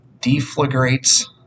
deflagrates